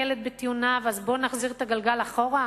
הילד, בטיעוניו,